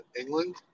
England